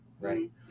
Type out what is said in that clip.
right